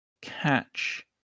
catch